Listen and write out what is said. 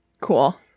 cool